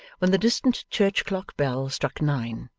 when the distant church-clock bell struck nine.